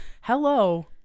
hello